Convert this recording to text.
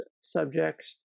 subjects